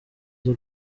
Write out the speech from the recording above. izo